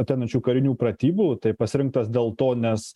ateinančių karinių pratybų tai pasirinktos dėl to nes